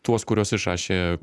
tuos kuriuos išrašė